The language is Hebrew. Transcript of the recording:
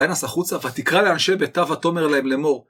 ותנס החוצה, ותקרא לאנשי ביתה ותאמר להם לאמור.